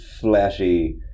flashy